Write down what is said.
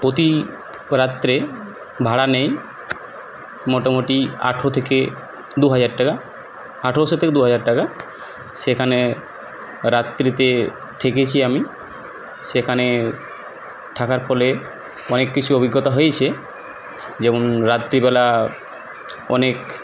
প্রতি রাত্রে ভাড়া নেয় মোটামুটি আঠেরো থেকে দুহাজার টাকা আঠারোশো থেকে দুহাজার টাকা সেখানে রাত্রিতে থেকেছি আমি সেখানে থাকার ফলে অনেক কিছু অভিজ্ঞতা হয়েছে যেমন রাত্রিবেলা অনেক